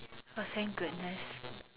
oh thank goodness